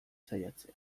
saiatzea